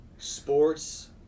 Sports